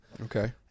Okay